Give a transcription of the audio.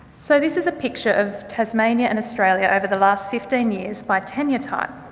so this is a picture of tasmania and australia over the last fifteen years by tenure type.